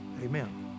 amen